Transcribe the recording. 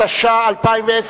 התש"ע 2010,